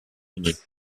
unis